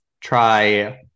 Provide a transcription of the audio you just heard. try